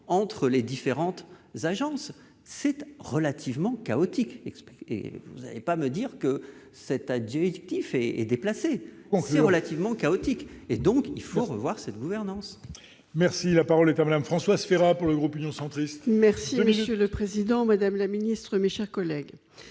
entre les différentes agences relativement chaotique explique et vous allez pas me dire que cet adulte actifs et et déplacé, on sait relativement chaotique et donc il faut revoir cette gouvernance. Merci, la parole est terminée, Françoise Férat pour le groupe Union centriste. Merci Monsieur le Président, Madame la Ministre, mes chers collègues,